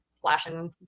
flashing